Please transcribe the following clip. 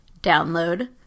download